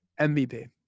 MVP